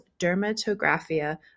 dermatographia